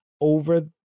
over